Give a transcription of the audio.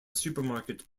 supermarket